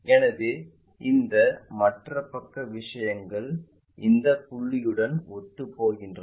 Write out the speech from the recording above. எனவே இந்த மற்ற பக்க விஷயங்கள் இந்த புள்ளியுடன் ஒத்துப்போகிறது